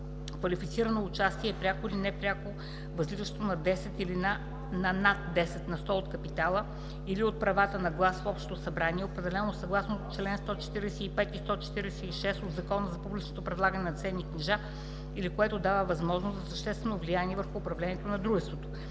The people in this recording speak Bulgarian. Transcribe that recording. „Квалифицирано участие” e пряко или непряко участие, възлизащо на 10 или на над 10 на сто от капитала или от правата на глас в общото събрание, определено съгласно чл. 145 и 146 от Закона за публичното предлагане на ценни книжа, или което дава възможност за съществено влияние върху управлението на дружеството.